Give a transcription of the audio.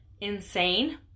insane